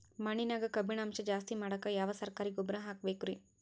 ಮಣ್ಣಿನ್ಯಾಗ ಕಬ್ಬಿಣಾಂಶ ಜಾಸ್ತಿ ಮಾಡಾಕ ಯಾವ ಸರಕಾರಿ ಗೊಬ್ಬರ ಹಾಕಬೇಕು ರಿ?